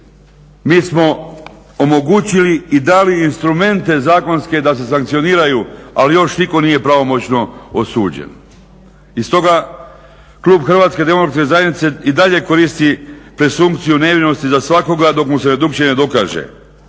mi smo omogućili i dali instrumente zakonske da se sankcioniraju ali još nitko nije pravomoćno osuđen. I stoga klub HDZ-a i dalje koristi presumpciju nevinosti za svakoga dok mu se drukčije ne dokaže,